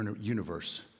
universe